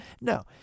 No